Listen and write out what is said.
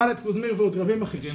חאלד קוזמיר ועוד רבים אחרים,